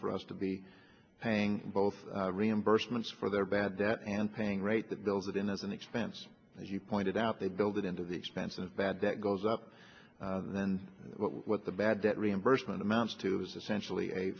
for us to be paying both reimbursements for their bad that and paying right the bills that in as an expense as you pointed out they build it into the expensive bad that goes up then what the bad that reimbursement amounts to is essentially a